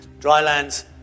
Drylands